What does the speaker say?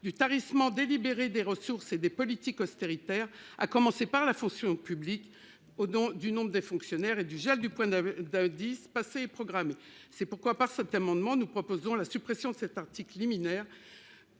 du tarissement délibérée des ressources et des politiques austéritaires. À commencer par la fonction publique au nom du nombre des fonctionnaires et du gel du point d'indice. Programmé. C'est pourquoi par cet amendement. Nous proposons la suppression de cet article liminaire.